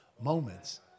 moments